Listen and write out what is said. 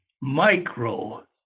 micro